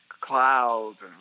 clouds